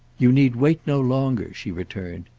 you need wait no longer, she returned.